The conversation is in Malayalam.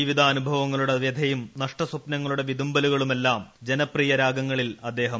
ജീവിതാനുഭവങ്ങളുടെ വ്യഥയും നഷ്ടസ്വപ്നങ്ങളുടെ വിതുമ്പലുകളുമെല്ലാം ജനപ്രിയ രാഗങ്ങളിൽ അദ്ദേഹം കാത്തുവച്ചു